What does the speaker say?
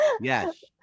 Yes